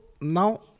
now